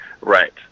Right